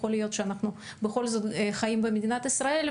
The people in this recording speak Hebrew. שאנחנו בכל זאת חיים במדינת ישראל,